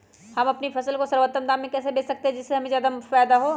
हम अपनी फसल को सर्वोत्तम दाम में कैसे बेच सकते हैं जिससे हमें फायदा हो?